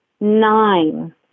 nine